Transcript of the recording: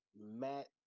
Matt